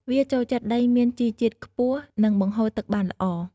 វាចូលចិត្តដីមានជីជាតិខ្ពស់ និងបង្ហូរទឹកបានល្អ។